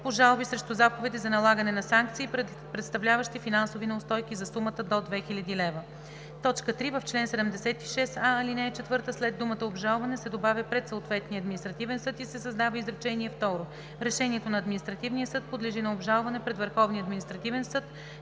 по жалби срещу заповеди за налагане на санкции, представляващи финансови неустойки за суми до 2000 лева“. 3. В чл. 76а, ал. 4 след думата „обжалване“ се добавя „пред съответния административен съд“ и се създава изречение второ: „Решението на административния съд подлежи на обжалване пред Върховния административен съд,